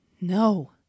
No